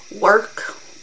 work